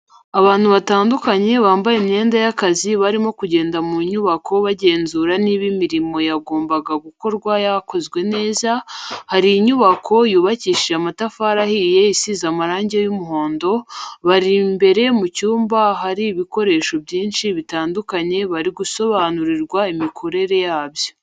Abantu batandukanye bambaye imyenda y'akazi barimo kugenda mu nyubako bagenzura niba imirimo yagombaga gukorwa yarakozwe neza, hari inyubako yubakishije amatafari ahiye isize amarangi y'umuhondo, bari imbere mu cyumba ahari ibikoresho byinshi bitandukanye bari gusobanurirwa imikorere yabyo.